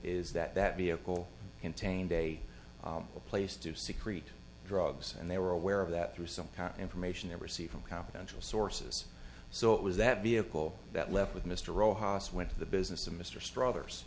is that that vehicle contained a place to secrete drugs and they were aware of that through some kind information they receive from confidential sources so it was that vehicle that left with mr rojas went to the business of mr struthers